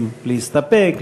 אם להסתפק,